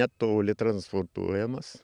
netoli transportuojamas